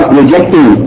rejecting